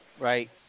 Right